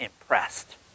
impressed